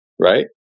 Right